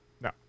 no